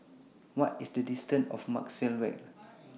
What IS The distance to Maxwell LINK